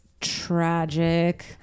tragic